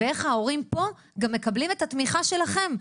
ההורים פה מקבלים את התמיכה שלכם.